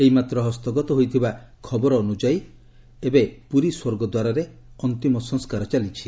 ଏଇ ମାତ୍ର ହସ୍ତଗତ ହୋଇଥିବା ଖବର ଅନୁସାରେ ଏବେ ପୁରୀ ସ୍ୱର୍ଗଦ୍ୱାରରେ ଅନ୍ତିମ ସଂସ୍କାର ଚାଲିଛି